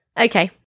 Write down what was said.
okay